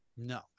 No